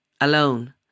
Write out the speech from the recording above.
alone